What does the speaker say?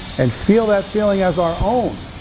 and feel that feeling as our own.